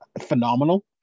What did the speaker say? phenomenal